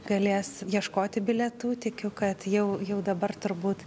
galės ieškoti bilietų tikiu kad jau jau dabar turbūt